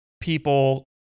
people